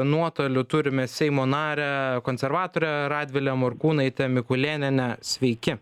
nuotoliu turime seimo narę konservatorę radvilę morkūnaitę mikulėnienę sveiki